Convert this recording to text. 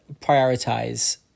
prioritize